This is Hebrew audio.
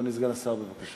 אדוני סגן השר, בבקשה.